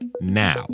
now